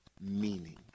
meaning